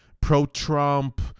pro-trump